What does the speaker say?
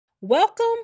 Welcome